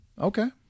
Okay